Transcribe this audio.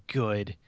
good